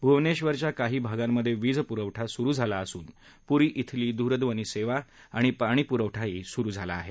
भुवनेश्वरच्या काही भागांमधे वीजपुखठा सुरु झाला असून पुरी इथली दूरध्वनी सेवा आणि पाणीपुरवठाही सुरु झाला आहे